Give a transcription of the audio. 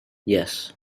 yes